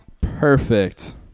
Perfect